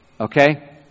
Okay